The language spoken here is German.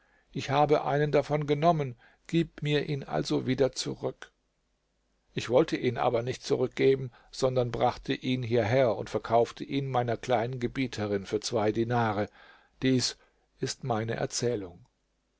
ich habe einen davon genommen gib mir ihn also wieder zurück ich wollte ihn aber nicht zurückgeben sondern brachte ihn hierher und verkaufte ihn meiner kleinen gebieterin für zwei dinare dies ist meine erzählung